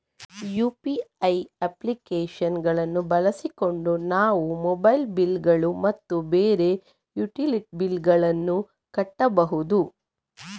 UPI application ಗಳನ್ನು ಬಳಸಿಕೊಂಡು ನಾವು ಮೊಬೈಲ್ ಬಿಲ್ ಗಳು ಮತ್ತು ಬೇರೆ ಯುಟಿಲಿಟಿ ಬಿಲ್ ಗಳನ್ನು ಕಟ್ಟಬಹುದು